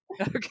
okay